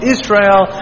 Israel